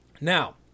Now